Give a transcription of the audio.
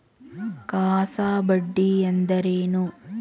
CASA ಬಡ್ಡಿ ಎಂದರೇನು?